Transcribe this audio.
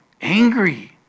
angry